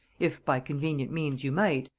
if by convenient means you might,